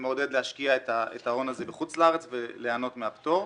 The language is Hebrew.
זה מעודד להשקיע את ההון הזה בחוץ לארץ וליהנות מהפטור.